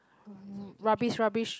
hmm rubbish rubbish